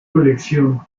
colección